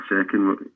second